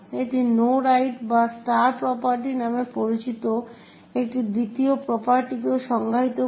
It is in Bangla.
এটি নো রাইট ডাউন বা স্টার প্রপার্টি নামে পরিচিত একটি দ্বিতীয় প্রপার্টিকেও সংজ্ঞায়িত করে